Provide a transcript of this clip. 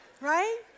right